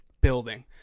building